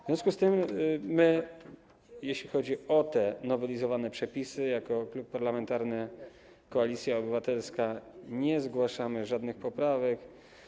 W związku z tym my, jeśli chodzi o te nowelizowane przepisy, jako Klub Parlamentarny Koalicja Obywatelska nie zgłaszamy żadnych poprawek.